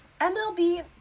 MLB